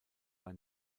bei